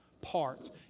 parts